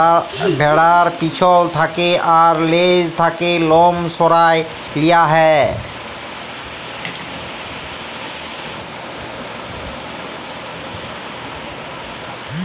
ভ্যাড়ার পেছল থ্যাকে আর লেজ থ্যাকে লম সরাঁয় লিয়া হ্যয়